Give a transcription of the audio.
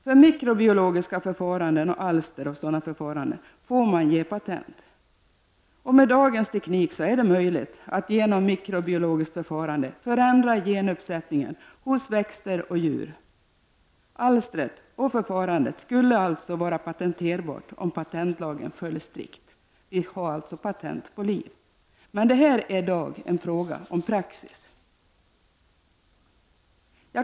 På mikrobiolo giska förfaranden och alster av sådant förfarande får man ge patent. Med dagens teknik är det möjligt att genom mikrobiologiskt förfarande förändra genuppsättningen hos växter och djur, och ”alstret” och förfarandet skulle alltså vara patenterbart om patentlagen följs strikt. Vi har alltså i dag patent på liv. Detta är emellertid en fråga om praxis.